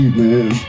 man